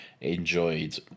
enjoyed